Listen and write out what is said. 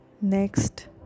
next